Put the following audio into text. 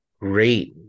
Great